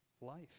life